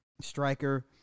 striker